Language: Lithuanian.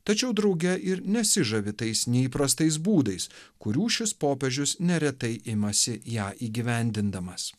tačiau drauge ir nesižavi tais neįprastais būdais kurių šis popiežius neretai imasi ją įgyvendindamas